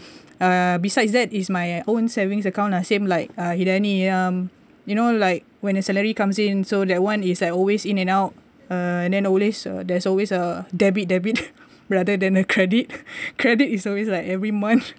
besides that is my own savings account lah same like uh Hidani um you know like when a salary comes in so that one is like always in and out uh and then always uh there's always a debit debit rather than a credit credit is always like every month